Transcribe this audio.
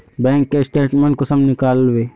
Bank के statement कुंसम नीकलावो?